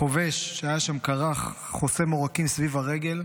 החובש שהיה שם כרך חוסם עורקים סביב הרגל,